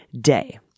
Day